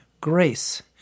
grace